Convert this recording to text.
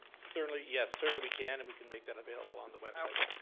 certainly, yes, certainly we can and we can make that available on the website. okay.